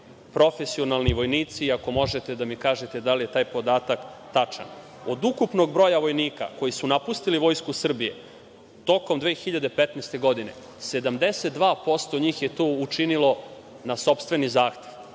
profesionalni vojnici, ako možete da mi kažete da li je taj podatak tačan. Od ukupnog broja vojnika koji su napustili Vojsku Srbije tokom 2015. godine, 72% je to učinilo na sopstveni zahtev,